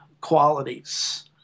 qualities